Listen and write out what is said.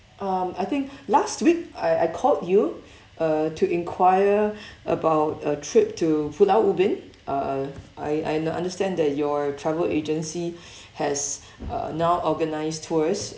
um I think last week I I called you uh to enquire about a trip to pulau ubin uh I I understand that your travel agency has uh now organised tours